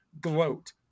gloat